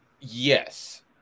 Yes